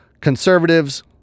conservatives